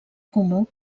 comú